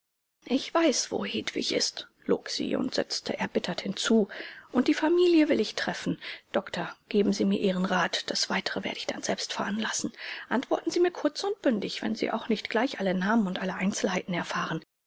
ich weiß wo hedwig ist log sie und setzte erbittert hinzu und die familie will ich treffen doktor geben sie mir ihren rat das weitere werde ich dann selbst veranlassen antworten sie mir kurz und bündig wenn sie auch nicht gleich alle namen und alle einzelheiten erfahren